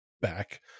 back